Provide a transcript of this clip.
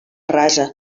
rasa